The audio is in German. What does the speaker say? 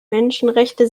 menschenrechte